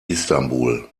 istanbul